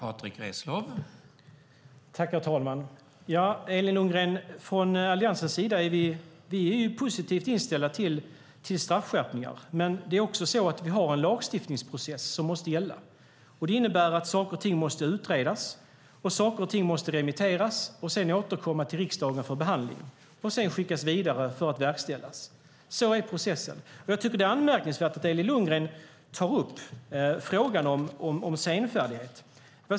Herr talman! Från Alliansens sida är vi positivt inställda till straffskärpningar, Elin Lundgren. Men vi har en lagstiftningsprocess som måste gälla. Det innebär att saker och ting måste utredas. Saker och ting måste remitteras och sedan återkomma till riksdagen för behandling. Och sedan ska det skickas vidare för att verkställas. Så är processen. Jag tycker att det är anmärkningsvärt att Elin Lundgren tar upp frågan om senfärdighet.